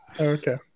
Okay